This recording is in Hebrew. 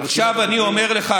עכשיו אני אומר לך,